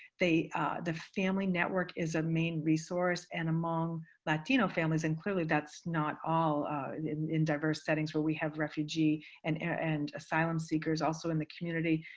the family network is a main resource, and among latino families and clearly that's not all in diverse settings where we have refugee and and asylum-seekers also in the community.